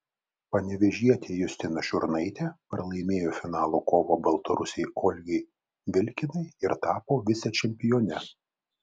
panevėžietė justina šiurnaitė pralaimėjo finalo kovą baltarusei olgai vilkinai ir tapo vicečempione